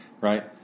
right